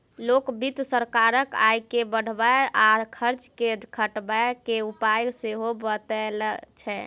लोक वित्त सरकारक आय के बढ़बय आ खर्च के घटबय के उपाय सेहो बतबैत छै